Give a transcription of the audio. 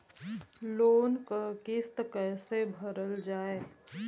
Loan क किस्त कैसे भरल जाए?